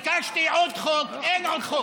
ביקשתי עוד חוק, אין עוד חוק.